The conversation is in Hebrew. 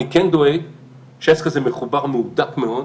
אני כן דואג שהעסק הזה מחובר, מהודק מאוד.